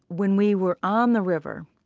when we were on the river,